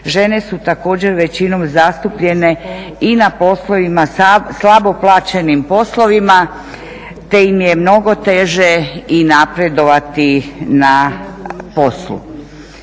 žene su također većinom zatupljene i na poslovima slabo plaćenim poslovima te im je mnogo teže i napredovati na poslu.